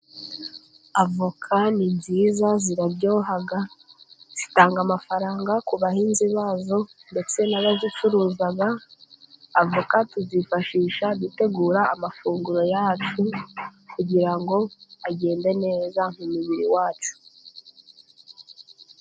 Avoka ni nziza ziraryoha, zitanga amafaranga ku bahinzi bazo, ndetse n'abazicuruza. Avoka tuzifashisha dutegura amafunguro yacu, kugira ngo agende neza mu mubiri wacu.